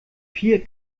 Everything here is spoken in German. vier